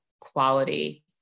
quality